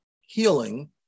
healing